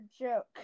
joke